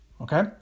okay